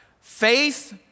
Faith